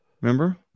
Remember